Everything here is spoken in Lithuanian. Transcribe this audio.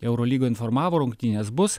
eurolyga informavo rungtynės bus